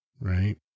right